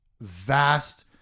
vast